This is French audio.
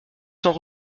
sans